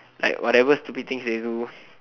like whatever stupid things they do